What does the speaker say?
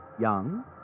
Young